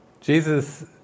Jesus